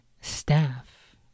staff